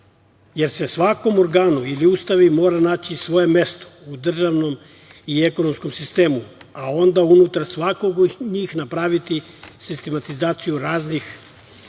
jer se svakom organu ili ustanovi mora naći svoje mesto u državnom i ekonomskom sistemu, a onda unutar svakog od njih napraviti sistematizaciju radnih mesta,